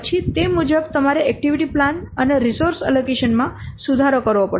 પછી તે મુજબ તમારે એક્ટિવિટી પ્લાન અને રિસોર્સ એલોકેશન માં સુધારો કરવો પડશે